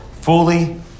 fully